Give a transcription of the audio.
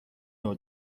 نوع